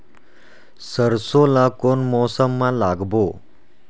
सरसो ला कोन मौसम मा लागबो?